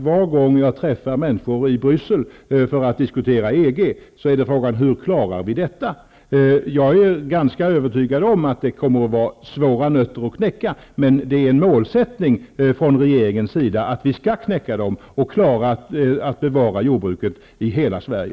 Var gång jag träffar människor i Bryssel är en av de stora frågorna: Hur klaras detta? Jag är ganska övertygad om att det är svåra nötter att knäcka, men det är en målsättning från regeringens sida att knäcka dessa nötter och därmed bevara jordbruket i hela Sverige.